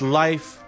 life